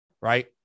right